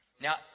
Now